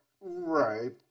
Right